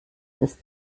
ist